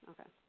Okay